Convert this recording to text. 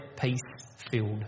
peace-filled